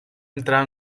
entrar